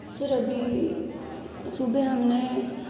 sir अभी सुबह हमने